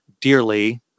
dearly